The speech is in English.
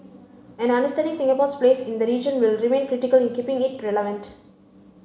and understanding Singapore's place in the region will remain critical in keeping it relevant